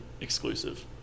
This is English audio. exclusive